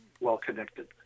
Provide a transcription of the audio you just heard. well-connected